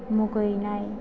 मुगैनाय